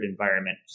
environment